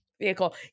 vehicle